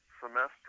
semester